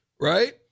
right